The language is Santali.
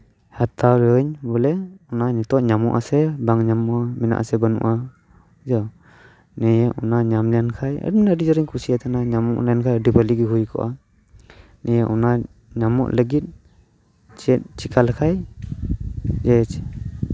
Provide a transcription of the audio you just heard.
ᱦᱟᱛᱟᱣ ᱟᱹᱧ ᱵᱚᱞᱮ ᱱᱚᱣᱟ ᱱᱤᱛᱚᱜ ᱧᱟᱢᱚᱜ ᱟᱥᱮ ᱵᱟᱝ ᱧᱟᱢᱚᱜᱼᱟ ᱢᱮᱱᱟᱜ ᱟᱥᱮ ᱵᱟᱹᱱᱩᱜᱼᱟ ᱵᱩᱷᱟᱹᱣ ᱱᱤᱭᱟᱹ ᱚᱱᱟ ᱧᱟᱢ ᱞᱮᱱᱠᱷᱟᱡ ᱤᱧ ᱟᱹᱰᱤ ᱡᱳᱨ ᱤᱧ ᱠᱩᱥᱤᱜᱼᱟ ᱢᱮᱱᱠᱷᱟᱱ ᱟᱹᱰᱤ ᱵᱷᱟᱹᱞᱤ ᱜᱮ ᱦᱩᱭ ᱠᱚᱜᱼᱟ ᱱᱤᱭᱟᱹ ᱚᱱᱟ ᱧᱟᱢᱚᱜ ᱞᱟᱹᱜᱤᱫ ᱪᱮᱫ ᱪᱤᱠᱟ ᱞᱮᱠᱷᱟᱡ ᱪᱮᱧᱡ